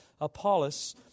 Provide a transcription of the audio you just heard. Apollos